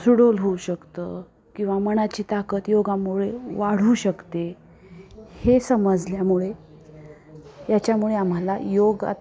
सुडौल होऊ शकतं किंवा मनाची ताकद योगामुळे वाढू शकते हे समजल्यामुळे याच्यामुळे आम्हाला योग आ